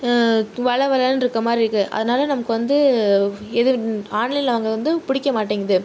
வளவளன்னு இருக்கிற மாதிரி இருக்குது அதனாலே நமக்கு வந்து ஆன்லைனில் வாங்குறது வந்து பிடிக்கமாட்டேங்குது